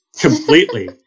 completely